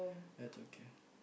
it's okay